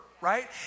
right